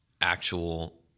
actual